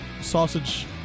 sausage